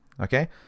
Okay